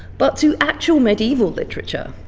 but to actual medieval literature.